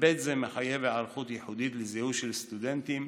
היבט זה מחייב היערכות ייחודית לזיהוי של סטודנטים,